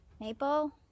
Maple